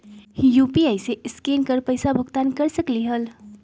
UPI से scan कर पईसा भुगतान कर सकलीहल?